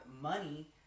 money